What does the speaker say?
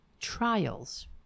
trials